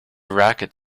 racket